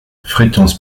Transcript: fréquence